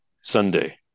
sunday